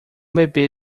bebê